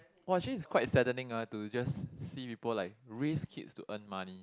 !wah! actually it's quite saddening ah to just see people like raise kids to earn money